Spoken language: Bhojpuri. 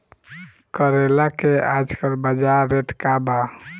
करेला के आजकल बजार रेट का बा?